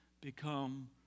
become